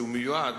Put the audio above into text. והוא מיועד